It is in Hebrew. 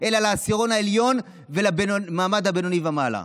אלא לדאוג לעשירון העליון ולמעמד הבינוני ומעלה.